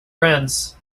friends